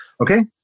Okay